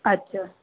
अछा